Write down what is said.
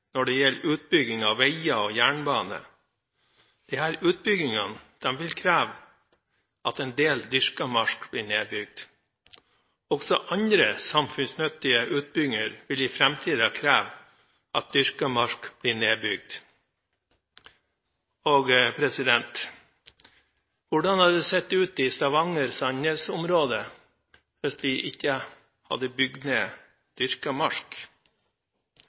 når det gjelder utbygging av veier og jernbane. Disse utbyggingene vil kreve at en del dyrket mark blir nedbygd. Også andre samfunnsnyttige utbygginger vil i framtiden kreve at dyrket mark blir nedbygd. Hvordan hadde det sett ut i Stavanger- og Sandnes-området hvis vi ikke hadde bygd ned